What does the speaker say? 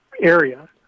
area